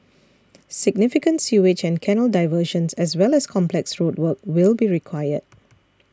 significant sewage and canal diversions as well as complex road work will be required